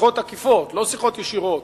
שיחות עקיפות, לא שיחות ישירות,